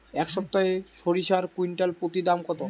এই সপ্তাহে সরিষার কুইন্টাল প্রতি দাম কত?